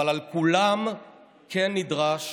אבל מכולם כן נדרש